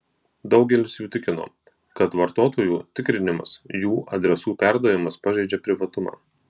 daugelis jų tikino kad vartotojų tikrinimas jų adresų perdavimas pažeidžia privatumą